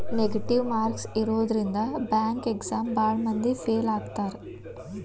negative marks ಇರೋದ್ರಿಂದ bank exam ಭಾಳ್ ಮಂದಿ ಫೇಲ್ ಆಗ್ತಾರಾ